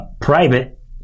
private